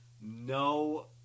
no